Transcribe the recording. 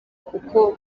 kuko